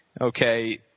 Okay